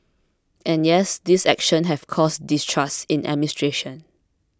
and yes these actions have caused distrust in administration